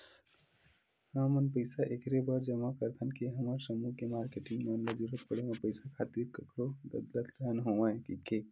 हमन पइसा ऐखरे बर जमा करथन के हमर समूह के मारकेटिंग मन ल जरुरत पड़े म पइसा खातिर कखरो दतदत ले झन होवय कहिके